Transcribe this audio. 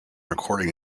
recording